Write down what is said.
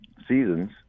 seasons